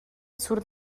surt